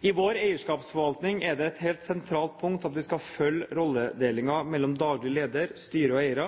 I vår eierskapsforvaltning er det et helt sentralt punkt at vi skal følge rolledelingen mellom daglig leder, styre og eiere,